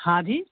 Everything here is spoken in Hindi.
हाँ जी